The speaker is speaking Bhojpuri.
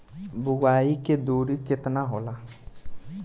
बुआई के दूरी केतना होला?